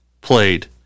played